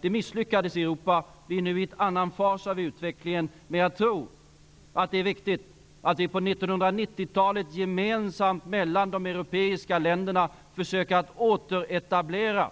Det misslyckades i Vi är nu i en annan fas av utvecklingen. Men jag tror att det är viktigt att vi på 1990-talet gemensamt mellan de europeiska länderna försöker att återetablera